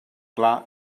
clar